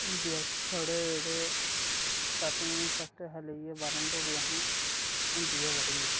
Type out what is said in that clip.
हिंदी साढ़े जेह्ड़े starting first शा लेइयै बाह्रमीं धोड़ी असें हिंदी गै पढ़ी